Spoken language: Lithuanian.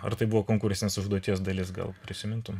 ar tai buvo konkursinės užduoties dalis gal prisimintum